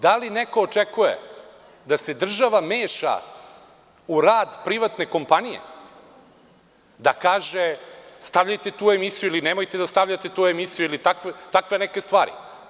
Da li neko očekuje da se država meša u rad privatne kompanije, da kaže – stavljajte tu emisiju, ili nemojte da stavljate tu emisiju, ili takve neke stvari?